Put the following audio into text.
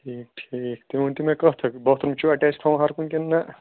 ٹھیٖک ٹھیٖک تُہۍ ؤنۍتو مےٚ کَتھ اَکھ باتھروٗم چھُو اَٹیچ تھاوُن ہر کُنہِ کِنہٕ نہ